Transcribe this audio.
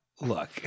Look